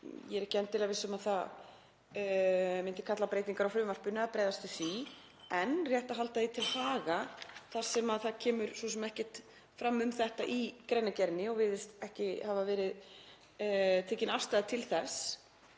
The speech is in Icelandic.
sem ekki endilega viss um að það myndi kalla á breytingar á frumvarpinu að bregðast við því en rétt að halda því til haga þar sem það kemur svo sem ekkert fram um þetta í greinargerðinni og virðist ekki hafa verið tekin afstaða til þessa